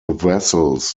vessels